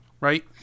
right